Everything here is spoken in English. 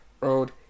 road